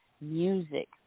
music